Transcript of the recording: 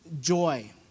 joy